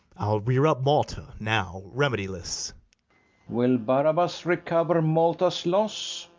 i'll rear up malta, now remediless will barabas recover malta's loss?